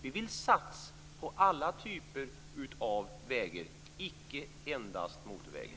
Vi vill satsa på alla typer av vägar, inte endast motorvägar.